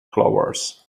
clovers